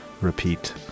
repeat